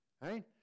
right